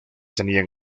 tenían